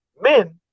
men